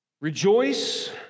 Rejoice